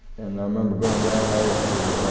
and i remember going down there to